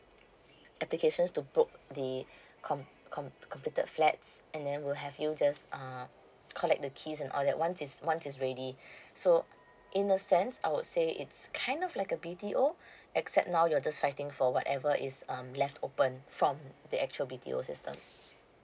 applicants to book the com com completed flats and then we'll have you just err collect the keys and all that once it's once it's ready so in a sense I would say it's kind of like a B_T_O except now you're just fighting for whatever is um left open from the actual B_T_O system